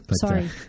sorry